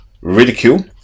ridicule